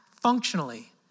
functionally